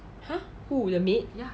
!huh! who the maid